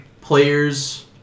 players